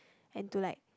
and to like